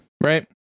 right